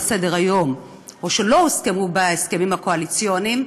סדר-היום או שלא הוסכמו בהסכמים הקואליציוניים